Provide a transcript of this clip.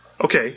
okay